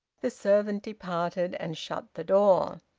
the servant departed and shut the door.